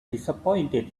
disappointed